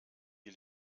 die